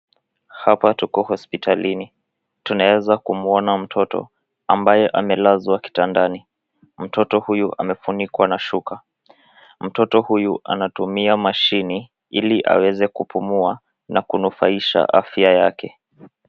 Hapa tuko hospitalini. Tunaweza kumwona mtoto ambaye amelazwa kitandani. Mtoto huyu amefunikwa na shuka. Mtoto huyu anatumia mashini ili aweze kupumua na kunufaisha afya yake.